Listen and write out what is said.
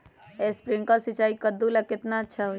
Sprinkler सिंचाई कददु ला केतना अच्छा होई?